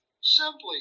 Simply